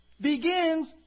begins